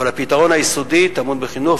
אבל הפתרון היסודי טמון בחינוך,